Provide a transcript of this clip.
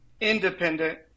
independent